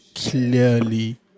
clearly